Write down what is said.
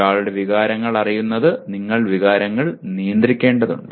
ഒരാളുടെ വികാരങ്ങൾ അറിയുന്നത് നിങ്ങൾ വികാരങ്ങൾ നിയന്ത്രിക്കേണ്ടതുണ്ട്